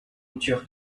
rupture